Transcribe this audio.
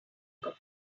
about